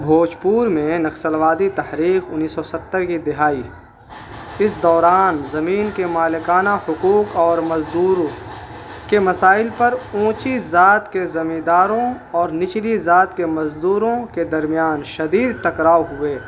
بھوجپور میں نقصلوادی تحریک انیس سو ستر کی دہائی اس دوران زمین کے مالکانہ حقوق اور مزدور کے مسائل پر اونچی ذات کے زمین داروں اور نچلی ذات کے مزدوروں کے درمیان شدید ٹکراؤ ہوئے